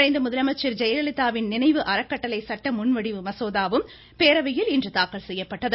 மறைந்த முதலமைச்சர் ஜெயலலிதாவின் நினைவு அறக்கட்டளை சட்ட முன்வடிவு மசோதாவும் பேரவையில் தாக்கல் செய்யப்பட்டது